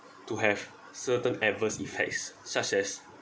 to have certain adverse effects such as